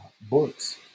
books